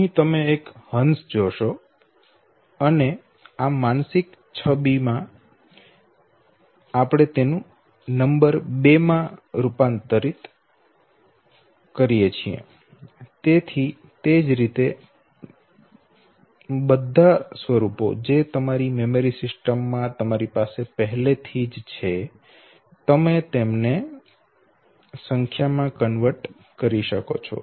અહી તમે એક હંસ જોશો અને આ માનસિક છબી 2 માં રૂપાંતરિત થઈ ગઈ છે તેથી તે જ રીતે બધા સ્વરૂપો જે તમારી મેમરી સિસ્ટમ માં તમારી પાસે પહેલેથી જ છે તમે તેમને સંખ્યા માં કન્વર્ટ કરી શકો છો